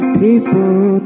people